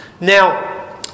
Now